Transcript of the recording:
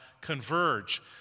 Converge